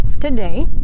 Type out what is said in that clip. today